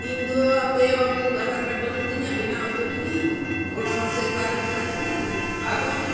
ᱤᱧ ᱫᱚ ᱦᱟᱯᱮ ᱵᱟᱹᱵᱩ ᱟᱫᱷᱟᱨ ᱠᱟᱨᱰ ᱵᱟᱹᱱᱩᱜ ᱛᱤᱧᱟᱹ ᱵᱮᱱᱟᱣ ᱚᱪᱚ ᱞᱟᱹᱜᱤᱫ ᱤᱧ ᱠᱳᱨᱴ ᱠᱷᱚᱱ ᱥᱮ ᱚᱠᱟᱨᱮ ᱵᱮᱱᱟᱜ ᱠᱟᱱᱟ ᱟᱫᱚ